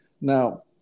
Now